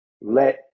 let